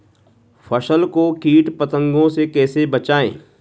फसल को कीट पतंगों से कैसे बचाएं?